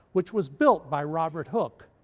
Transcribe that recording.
which was built by robert hooke,